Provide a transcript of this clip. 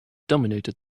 dominated